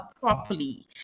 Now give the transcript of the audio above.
properly